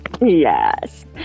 yes